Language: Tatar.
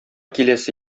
киләсе